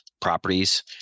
properties